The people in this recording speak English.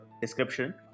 description